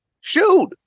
Shoot